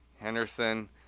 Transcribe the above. Henderson